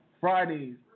Fridays